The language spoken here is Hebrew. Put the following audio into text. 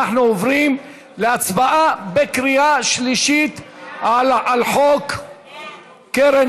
אנחנו עוברים להצבעה בקריאה שלישית על חוק קרן